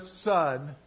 Son